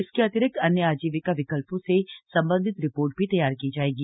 इसके अतिरिक्त अन्य आजीविका विकल्पों से सम्बन्धित रिपोर्ट भी तैयार की जायेगी